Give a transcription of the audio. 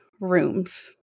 rooms